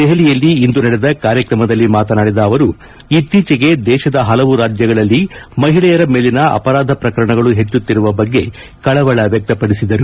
ದೆಹಲಿಯಲ್ಲಿ ಇಂದು ನಡೆದ ಕಾರ್ಯಕ್ರಮದಲ್ಲಿ ಮಾತನಾಡಿದ ಅವರು ಇತ್ತೀಚೆಗೆ ದೇಶದ ಹಲವು ರಾಜ್ಯಗಳಲ್ಲಿ ಮಹಿಳೆಯರ ಮೇಲಿನ ಅಪರಾಧ ಪ್ರಕರಣಗಳು ಹೆಚ್ಚುತ್ತಿರುವ ಬಗ್ಗೆ ಕಳವಳ ವ್ಯಕ್ತಪಡಿಸಿದರು